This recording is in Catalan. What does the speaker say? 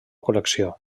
col·lecció